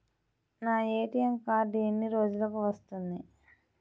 నా ATM card ఎన్ని రోజులకు వస్తుంది?